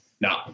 No